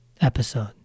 episode